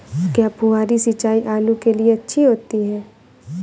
क्या फुहारी सिंचाई आलू के लिए अच्छी होती है?